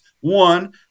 one